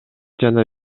жана